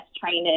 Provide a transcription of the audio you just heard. trainers